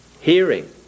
Hearing